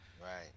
right